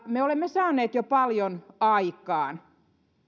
me olemme saaneet jo paljon aikaan